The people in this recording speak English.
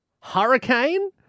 Hurricane